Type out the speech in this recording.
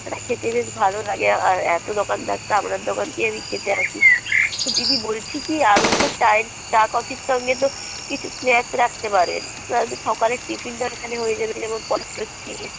সেটা খেতে বেশ ভালো লাগে আর এতো দোকান থাকতে আপনার দোকানকে আমি খেতে আসি তো দিদি বলছি কী আপনি তো চায়ে চা কফির সঙ্গে তো কিছু স্ন্যাক্স রাখতে পারেন তাহলে তো সকালের টিফিনটা এখানে হয়ে যাবে যেমন পটেটো চিপস